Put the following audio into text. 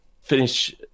finish